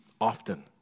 often